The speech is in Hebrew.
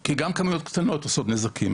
כי גם כמויות קטנות עושות נזקים,